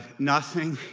nothing,